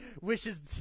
wishes